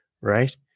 right